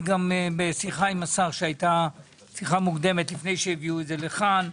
בשיחה מוקדמת שהייתה עם השר לפני שהביאו את זה לכאן,